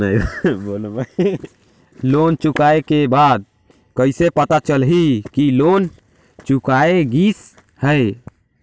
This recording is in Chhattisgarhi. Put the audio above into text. लोन चुकाय के बाद कइसे पता चलही कि लोन चुकाय गिस है?